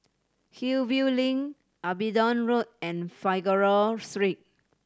Hillview Link Abingdon Road and Figaro Street